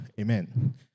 Amen